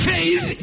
Faith